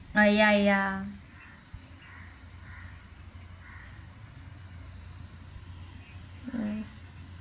uh ya ya mm